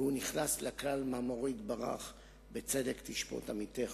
והוא נכנס לכלל מאמרו יתברך: 'בצדק תשפט עמיתך'"